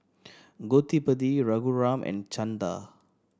Gottipati Raghuram and Chanda